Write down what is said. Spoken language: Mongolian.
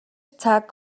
цаг